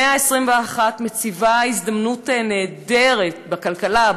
המאה ה-21 מציבה הזדמנות נהדרת בכלכלה,